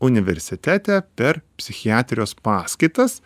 universitete per psichiatrijos paskaitas